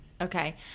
Okay